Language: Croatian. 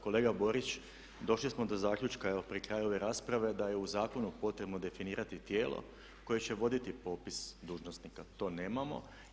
Kolega Borić došli smo do zaključka evo pri kraju ove rasprave da je u zakonu potrebno definirati tijelo koje će voditi popis dužnosnika, to nemamo.